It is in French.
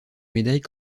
médaille